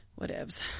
whatevs